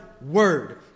word